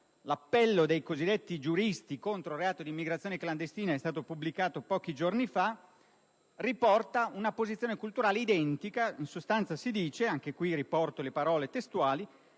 l'appello dei cosiddetti giuristi contro il reato di immigrazione clandestina pubblicato pochi giorni fa riporta una posizione culturale identica. In sostanza, si dice - e ne riporto le testuali